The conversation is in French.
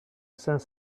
saint